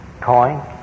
coin